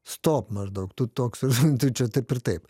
stop maždaug tu toks ir tu čia taip ir taip